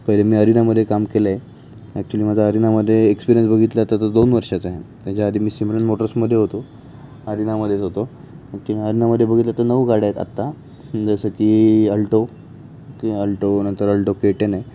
पहिले मी अरिनामध्ये काम केलं आहे ॲक्च्युली माझा अरिनामध्ये एक्सपिरियन्स बघितला तर तो दोन वर्षाचा आहे त्याच्याआधी मी सिमरन मोटर्समध्ये होतो अरिनामध्येच होतो ॲक्च्युली अरिनामध्ये बघितलं तर नऊ गाड्या आहेत आत्ता जसं की अल्टो की अल्टो नंतर अल्टो के टेन आहे